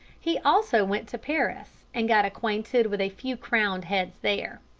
he also went to paris, and got acquainted with a few crowned heads there.